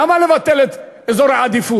למה לבטל את אזור העדיפות?